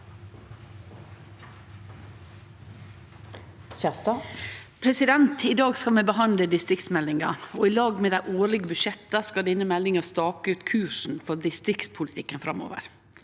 I dag skal vi behandle distriktsmeldinga. Saman med dei årlege budsjetta skal denne meldinga stake ut kursen for distriktspolitikken framover.